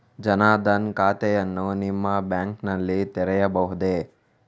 ಜನ ದನ್ ಖಾತೆಯನ್ನು ನಿಮ್ಮ ಬ್ಯಾಂಕ್ ನಲ್ಲಿ ತೆರೆಯಬಹುದೇ?